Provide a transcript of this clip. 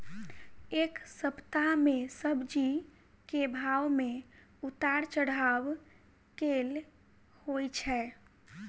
एक सप्ताह मे सब्जी केँ भाव मे उतार चढ़ाब केल होइ छै?